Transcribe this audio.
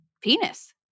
penis